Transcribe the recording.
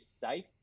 safe